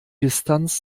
distanz